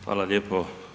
Hvala lijepo.